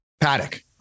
Paddock